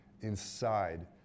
inside